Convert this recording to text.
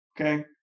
okay